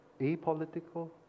apolitical